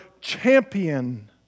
champion